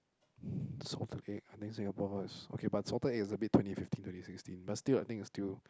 salted egg I think Singapore is okay but salted egg is a bit twenty fifteen twenty sixteen but still I think it's still